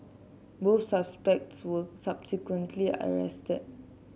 both suspects were subsequently arrested